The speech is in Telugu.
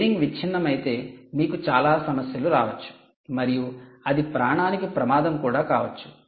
బేరింగ్ విచ్ఛిన్నమైతే మీకు చాలా సమస్యలు రావచ్చు మరియు అది ప్రాణానికి ప్రమాదం కూడా కావచ్చు